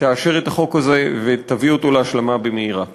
תאשר את החוק הזה ותביא אותו להשלמה במהרה.